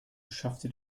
schaffte